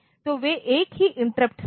तो वे एक ही इंटरप्ट से हैं